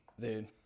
dude